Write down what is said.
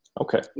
Okay